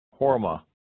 Horma